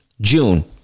June